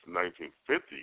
1950